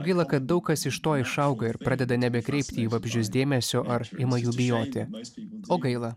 gaila kad daug kas iš to išauga ir pradeda nebekreipti į vabzdžius dėmesio ar ima jų bijoti o gaila